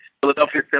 Philadelphia